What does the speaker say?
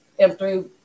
M3